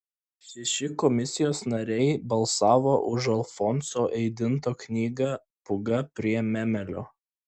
šeši komisijos nariai balsavo už alfonso eidinto knygą pūga prie memelio